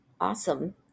Awesome